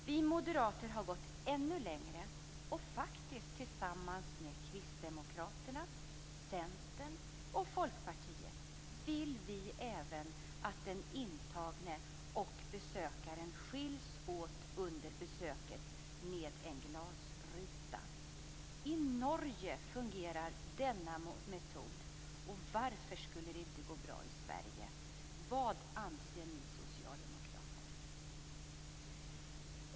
Vi moderater har gått ännu längre, och vi vill faktiskt, tillsammans med Kristdemokraterna, Centern och Folkpartiet, att den intagne och besökaren skiljs åt med en glasruta under besöket. I Norge fungerar denna metod, och varför skulle det inte gå bra i Sverige? Vad anser ni socialdemokrater?